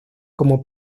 como